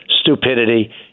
stupidity